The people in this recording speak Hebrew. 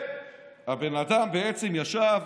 הבן אדם ישב